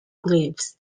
graves